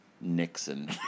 Nixon